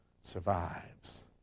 survives